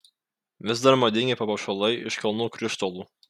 vis dar madingi papuošalai iš kalnų krištolų